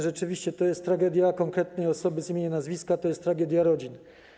Rzeczywiście to jest tragedia konkretnej osoby z imienia i nazwiska, to jest tragedia rodzin.